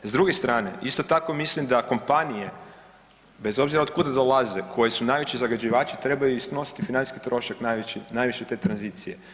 S druge strane isto tako mislim da kompanije bez obzira otkuda dolaze koje su najveći zagađivači trebaju snositi financijski trošak najveći najviše te tranzicije.